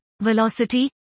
velocity